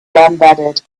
embedded